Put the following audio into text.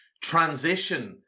transition